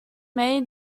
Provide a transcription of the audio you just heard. may